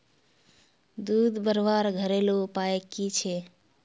दूध बढ़वार घरेलू उपाय की छे?